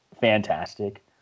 fantastic